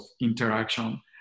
interaction